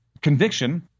conviction